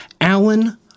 Alan